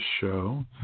show